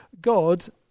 God